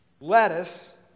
lettuce